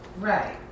Right